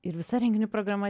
ir visa renginių programa